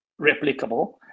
replicable